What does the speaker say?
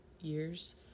years